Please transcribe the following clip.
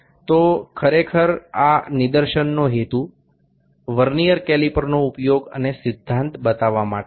તો ખરેખર આ નિદર્શનનો હેતુ વર્નિયર કેલિપરનો ઉપયોગ અને સિદ્ધાંત બતાવવા માટે છે